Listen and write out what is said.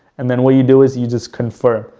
and then will you do is you just confirm.